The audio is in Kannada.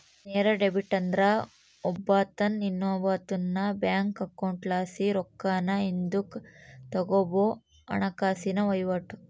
ನೇರ ಡೆಬಿಟ್ ಅಂದ್ರ ಒಬ್ಬಾತ ಇನ್ನೊಬ್ಬಾತುನ್ ಬ್ಯಾಂಕ್ ಅಕೌಂಟ್ಲಾಸಿ ರೊಕ್ಕಾನ ಹಿಂದುಕ್ ತಗಂಬೋ ಹಣಕಾಸಿನ ವಹಿವಾಟು